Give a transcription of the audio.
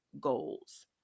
goals